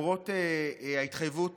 למרות ההתחייבות